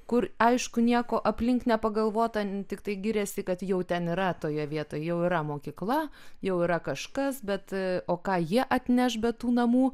kur aišku nieko aplink nepagalvota tiktai giriasi kad jau ten yra toje vietoj jau yra mokykla jau yra kažkas bet o ką jie atneš be tų namų